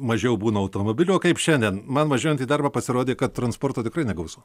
mažiau būna automobilių o kaip šiandien man važiuojant į darbą pasirodė kad transporto tikrai negausu